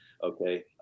Okay